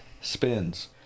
spins